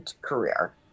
career